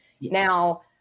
Now